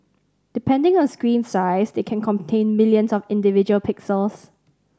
depending on screen size they can contain millions of individual pixels